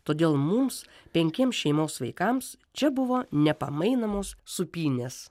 todėl mums penkiems šeimos vaikams čia buvo nepamainomos sūpynės